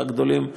והגדולים מהססים.